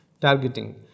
targeting